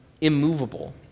immovable